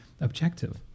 objective